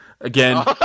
again